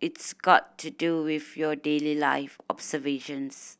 it's got to do with your daily life observations